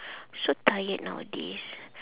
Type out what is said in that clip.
so tired nowadays